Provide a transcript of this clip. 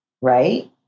right